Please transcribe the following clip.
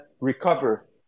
recover